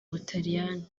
butaliyani